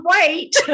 wait